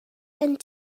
and